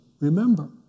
remember